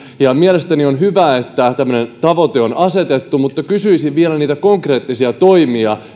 ja mielestäni on hyvä että tämmöinen tavoite on asetettu mutta kysyisin vielä niitä konkreettisia toimia